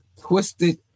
twisted